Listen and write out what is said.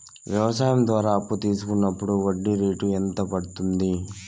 వ్యవసాయం ద్వారా అప్పు తీసుకున్నప్పుడు వడ్డీ రేటు ఎంత పడ్తుంది